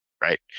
right